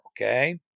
okay